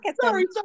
sorry